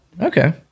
Okay